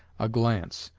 a glance,